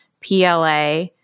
PLA